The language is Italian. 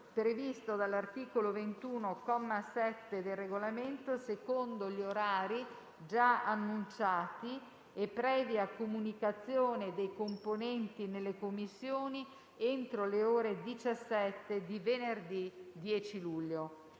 previsto dall'articolo 21, comma 7, del Regolamento, secondo gli orari già annunciati e previa comunicazione dei componenti nelle Commissioni entro le ore 17 di venerdì 10 luglio.